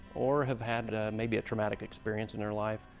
or have had maybe a traumatic experience in their life,